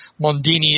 Mondini